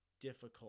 difficult